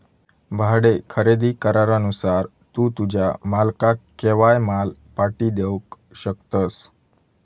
भाडे खरेदी करारानुसार तू तुझ्या मालकाक केव्हाय माल पाटी देवक शकतस